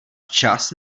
včas